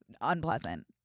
unpleasant